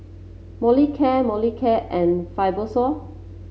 Molicare Molicare and Fibrosol